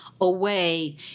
away